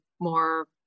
more